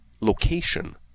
location